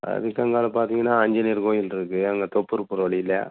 அதுக்கு அந்தாண்ட பார்த்தீங்கன்னா ஆஞ்சிநேயர் கோயிலிருக்கு அங்கே தொப்பூர் போகிற வழியில்